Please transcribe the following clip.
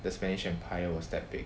the spanish empire was that big